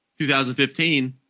2015